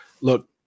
look